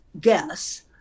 guess